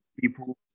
people